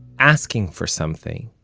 asking for something